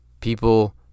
People